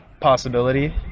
possibility